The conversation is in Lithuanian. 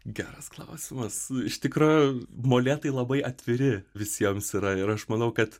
geras klausimas iš tikro molėtai labai atviri visiems yra ir aš manau kad